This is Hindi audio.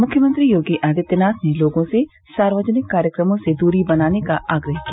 मुख्यमंत्री योगी आदित्यनाथ ने लोगों से सार्वजनिक कार्यक्रमों से दूरी बनाने का आग्रह किया